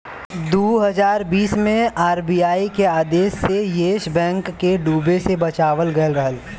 दू हज़ार बीस मे आर.बी.आई के आदेश से येस बैंक के डूबे से बचावल गएल रहे